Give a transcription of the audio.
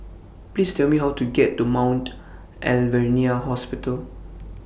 Please Tell Me How to get to Mount Alvernia Hospital